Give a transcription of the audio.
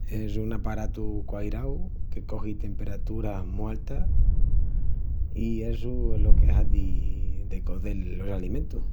Es un aparatu quairau que cogi temperaturas mu altas i essu es lo que hazi de cozel los alimentus.